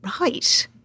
right